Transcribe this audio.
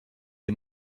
est